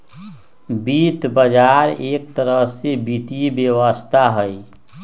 वित्त बजार एक तरह से वित्तीय व्यवस्था हई